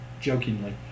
jokingly